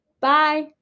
Bye